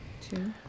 two